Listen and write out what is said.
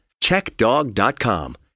Checkdog.com